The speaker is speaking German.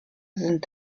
sind